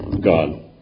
God